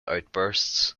outbursts